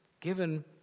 given